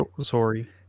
Sorry